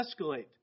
escalate